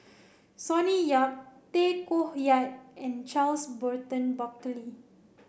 Sonny Yap Tay Koh Yat and Charles Burton Buckley